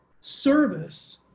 service